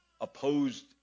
opposed